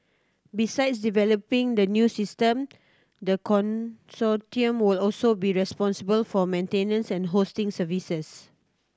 besides developing the new system the consortium will also be responsible for maintenance and hosting services